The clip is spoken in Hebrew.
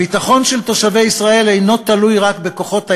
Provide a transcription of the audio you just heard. הביטחון של תושבי ישראל אינו תלוי רק בכוחות היס"מ,